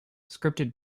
scripted